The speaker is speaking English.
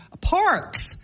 parks